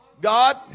God